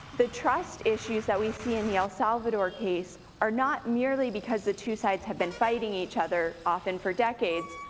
the trust issues that we see in the el salvador case are not merely because the two sides have been fighting each other often for decades,